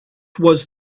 was